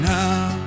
now